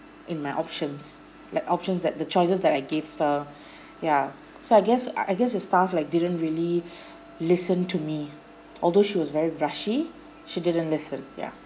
in my options like options that the choices that I gave her yeah so I guess I guess the staff like didn't really listen to me although she was very rushy she didn't listen yeah